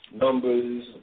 Numbers